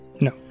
No